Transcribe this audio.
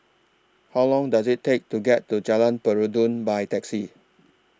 How Long Does IT Take to get to Jalan Peradun By Taxi